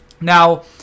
Now